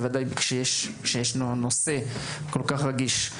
בוודאי כשהנושא כל כך רגיש.